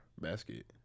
basket